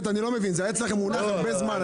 היה אצלכם מונח הרבה זמן.